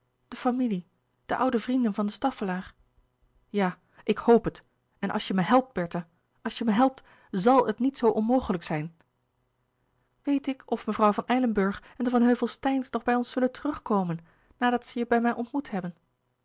de familie de oude vrienden van de staffelaer ja ik hoop het en als je me helpt louis couperus de boeken der kleine zielen bertha als je me helpt z a l het niet zoo onmogelijk zijn weet ik of mevrouw van eilenburgh en de van heuvel steijns nog bij ons zullen terug komen nadat ze je bij me ontmoet hebben